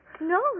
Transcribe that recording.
No